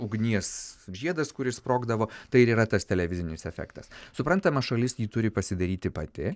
tas ugnies žiedas kuris sprogdavo tai ir yra tas televizinis efektas suprantama šalis jį turi pasidaryti pati